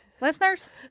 listeners